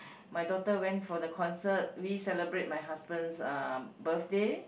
my daughter went for the concert we celebrate my husband's uh birthday